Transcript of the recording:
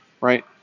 right